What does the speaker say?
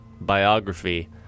Biography